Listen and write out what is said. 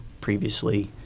previously